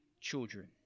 children